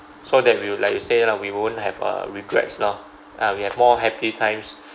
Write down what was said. so that we'll like you say lah we won't have uh regrets lor uh we have more happy times